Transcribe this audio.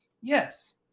Yes